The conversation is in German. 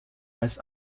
als